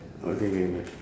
okay K K